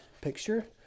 picture